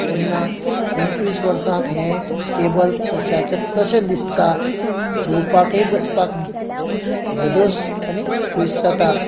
तेन्ना पंचवीस वर्सांक हें टेबल तश्याचें तशें दिसता जेवपाकय बसपाक धादोस आनी खूश जाता